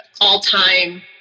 all-time